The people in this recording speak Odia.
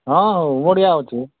ହଁ ହଉ ବଢ଼ିଆ ଅଛି